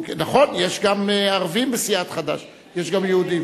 נכון, יש גם ערבים בסיעת חד"ש, יש גם יהודים.